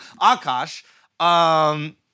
Akash